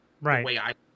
Right